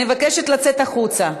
אני מבקשת לצאת החוצה.